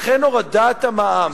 ולכן הורדת המע"מ